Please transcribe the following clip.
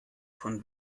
von